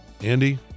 Andy